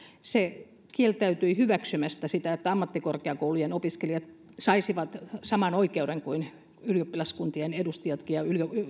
se kieltäytyi hyväksymästä sitä että ammattikorkeakoulujen opiskelijat saisivat saman oikeuden kuin ylioppilaskuntien edustajatkin ja